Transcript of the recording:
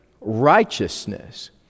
righteousness